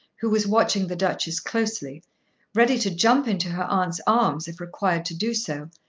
who was watching the duchess closely ready to jump into her aunt's arms if required to do so,